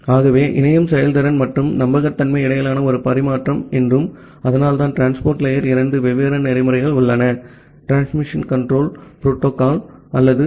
ஆகவே இணையம் செயல்திறன் மற்றும் நம்பகத்தன்மைக்கு இடையிலான ஒரு பரிமாற்றம் என்றும் அதனால்தான் டிரான்ஸ்போர்ட் லேயர் இரண்டு வெவ்வேறு புரோட்டோகால்கள் உள்ளன டிரான்ஸ்மிஷன் கண்ட்ரோல் புரோட்டோகால் அல்லது டி